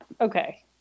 Okay